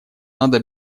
надо